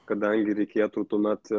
kadangi reikėtų tuomet